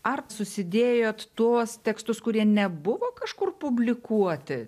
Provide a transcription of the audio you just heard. ar susidėjot tuos tekstus kurie nebuvo kažkur publikuoti